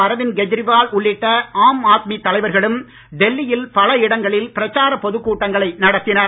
அரவிந்த் கேஜ்ரிவால் உள்ளிட்ட ஆம் ஆத்மி தலைவர்களும் டெல்லியில் பல இடங்களில் பிரச்சார பொதுக் கூட்டங்களை நடத்தினார்